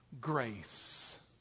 grace